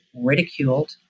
ridiculed